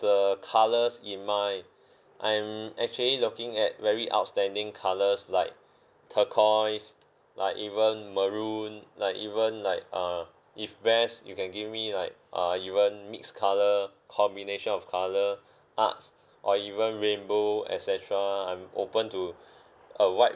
the colours in mind I am actually looking at very outstanding colours like turquoise like even maroon like even like uh if best you can give me like uh even mixed colour combination of colour arts or even rainbow et cetera I'm open to a wide